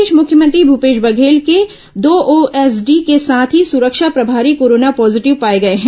इस बीच मुख्यमंत्री भूपेश बघेल के दो ओएसडी के साथ ही सुरक्षा प्रभारी कोरोना पॉजीटिव पाए गए हैं